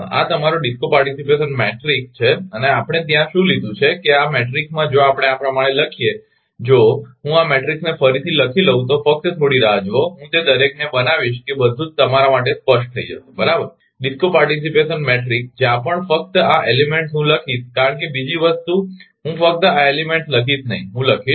આ તમારો disco participation matrix છે અને આપણે ત્યાં શું લીધું છે કે આ મેટ્રિક્સમાં જો આપણે આ પ્રમાણે લખીએ જો હું આ મેટ્રિક્સને ફરીથી લખી લઉં તો ફકત થોડી રાહ જુઓ હું તે દરેકને બનાવીશ કે બધું જ તમારા માટે સ્પષ્ટ થઇ જશે બરાબર ડિસ્કો પાર્ટીસીપેશન મેટ્રિક્સ જ્યાં પણ ફક્ત આ એલીમેન્ટ્સ હું લખીશ કારણ કે બીજી વસ્તુ હું ફક્ત આ એલીમેન્ટ્સ લખીશ નહીં હું લખીશ